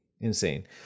insane